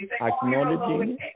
acknowledging